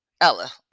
Ella